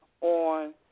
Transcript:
on